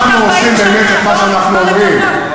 אנחנו עושים באמת את מה שאנחנו אומרים.